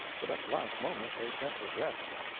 but at the last moment they sent regrets.